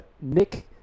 Nick